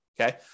Okay